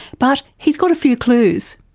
but he's got a few clues.